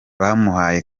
bamuhaye